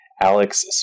Alex